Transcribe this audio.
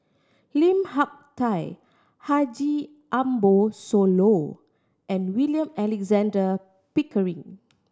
Lim Hak Tai Haji Ambo Sooloh and William Alexander Pickering